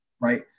right